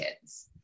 kids